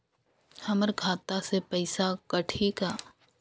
हमर खाता से पइसा कठी का?